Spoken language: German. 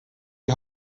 die